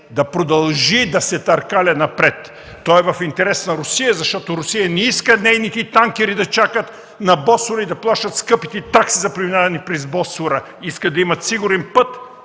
да продължи да се търкаля напред. Той е в интерес на Русия, защото Русия не иска нейните танкери да чакат на Босфора и да плащат скъпите такси за преминаване през Босфора. Искат да имат сигурен път